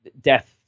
death